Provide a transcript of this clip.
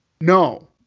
No